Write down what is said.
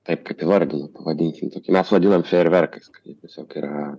taip kaip įvardino vadinkim tokį mes vadinam fejerverkais kai tiesiog yra